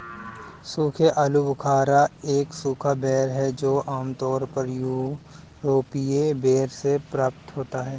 सूखे आलूबुखारा एक सूखा बेर है जो आमतौर पर यूरोपीय बेर से प्राप्त होता है